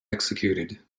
executed